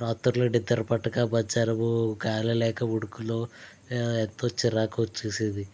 రాత్రుళ్ళు నిద్ర పట్టక మధ్యాహ్నం గాలి లేక ఉడుకులో ఎంతో చిరాకు వచ్చేది